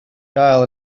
gael